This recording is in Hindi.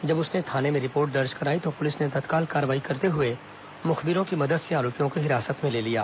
जब उसने थाने में रिपोर्ट दर्ज कराई तो पुलिस ने तत्काल कार्रवाई करते हुए मुखबिरों की मदद से आरोपियों को हिरासत में ले लिया